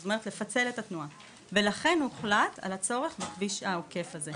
זאת אומרת לפצל את התנועה ולכן הוחלט הצורך בכביש העוקף הזה.